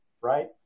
right